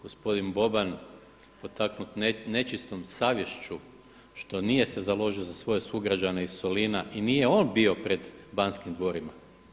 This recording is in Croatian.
Gospodin Boban potaknut nečistom savješću što se nije založio za svoje sugrađane iz Solina i nije on bio pred Banskim dvorima.